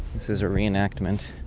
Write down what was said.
this is a reenactment.